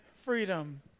freedom